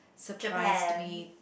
Japan